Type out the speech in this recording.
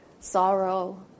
sorrow